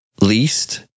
least